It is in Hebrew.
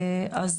אז,